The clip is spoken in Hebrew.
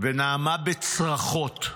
ונאמה בצרחות.